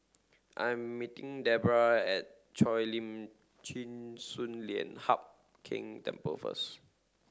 I'm meeting Debra at Cheo Lim Chin Sun Lian Hup Keng Temple first